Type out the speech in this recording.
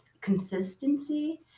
consistency